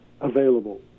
available